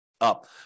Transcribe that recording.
up